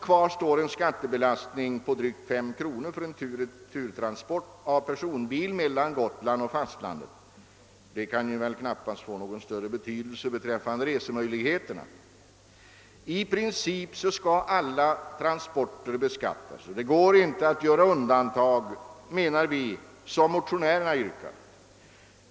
Kvar står en skattebelastning på drygt fem kronor för transport av en personbil tur och retur fastlandet. Detta kan knappast ha någon större inverkan på resemöjligheterna. I princip skall alla transporter beskattas. Vi menar att det inte är möjligt att, såsom motionärerna påyrkat, göra några undantag från denna regel.